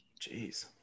Jeez